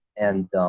and